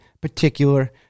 particular